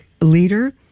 leader